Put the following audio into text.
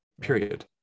period